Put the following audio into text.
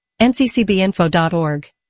nccbinfo.org